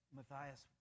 Matthias